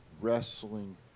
wrestling